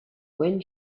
when